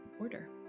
order